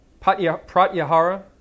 pratyahara